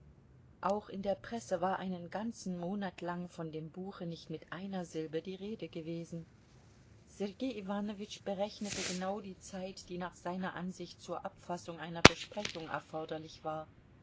auch in der presse war einen ganzen monat lang von dem buche nicht mit einer silbe die rede gewesen sergei iwanowitsch berechnete genau die zeit die nach seiner ansicht zur abfassung einer besprechung erforderlich war